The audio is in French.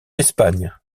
espagne